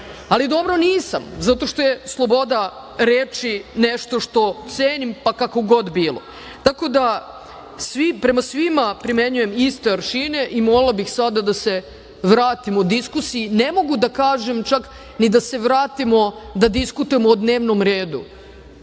ali dobro nisam zato što je sloboda reči nešto što cenim, pa kako god bilo. Tako da prema svima primenjujem iste aršine i molila bih sada da se vratimo diskusiji. Ne mogu da kažem, čak ni da se vratimo da diskutujemo o dnevnom redu,